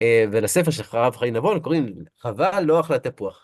א... ולספר של חרב חיים נבון קוראים חוה לא אכלה תפוח.